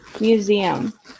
museum